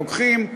לוקחים,